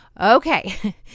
Okay